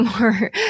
more